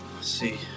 see